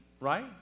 right